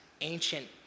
ancient